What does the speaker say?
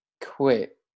quit